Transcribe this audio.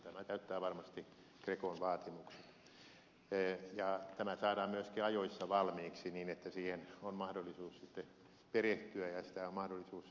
tämä täyttää varmasti grecon vaatimukset ja tämä saadaan myöskin ajoissa valmiiksi niin että siihen on mahdollisuus sitten perehtyä ja sitä on mahdollisuus tarkoin noudattaa